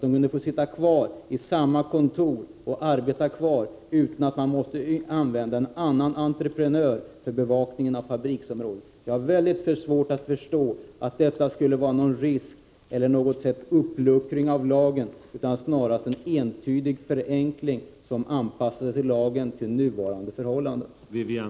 De kunde få sitta kvar i samma kontor och arbeta vidare utan att man måste använda en annan entreprenör för bevakningen av fabriksområdet. Jag har mycket svårt att förstå att det skulle vara en risk eller en uppluckring av lagen. Snarast är det en entydig förenkling, som anpassar lagen till nuvarande förhållanden.